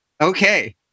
okay